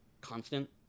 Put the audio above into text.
constant